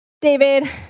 David